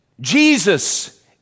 Jesus